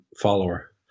follower